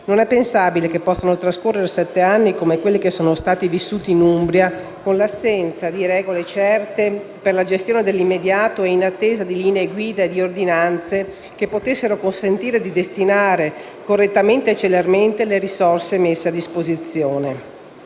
non è pensabile che possano trascorrere sette anni, come quelli vissuti in Abruzzo, con l'assenza di regole certe per la gestione dell'immediato e in attesa di linee guida e di ordinanze che consentano di destinare correttamente e celermente le risorse messe a disposizione.